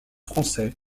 français